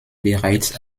bereits